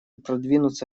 продвинуться